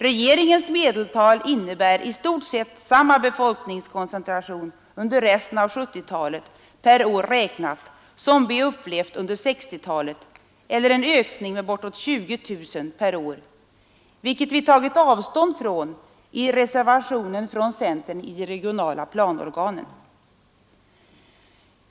Regeringens medeltal innebär i stort sett samma befolkningskoncentration under resten av 1970-talet per år räknat som vi upplevt under 1960-talet eller en ökning med bortåt 20 000 människor per år, vilket vi tagit avstånd från i reservationer från centern i de regionala planorganen.